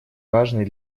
важный